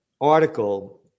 article